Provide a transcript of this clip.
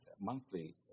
monthly